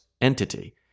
entity